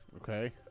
Okay